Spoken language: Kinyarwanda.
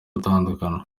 gutandukana